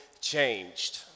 changed